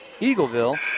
Eagleville